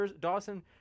Dawson